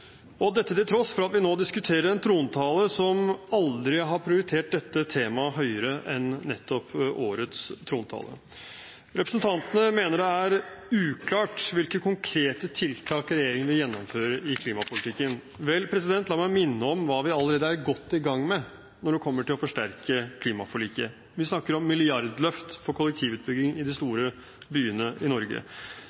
dette til tross for at vi nå diskuterer en trontale som aldri har prioritert dette temaet høyere enn nettopp årets trontale. Representantene mener det er uklart hvilke konkrete tiltak regjeringen vil gjennomføre i klimapolitikken. Vel, la meg minne om hva vi allerede er godt i gang med når det gjelder å forsterke klimaforliket. Vi snakker om milliardløft på kollektivutbygging i de